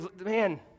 Man